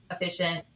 efficient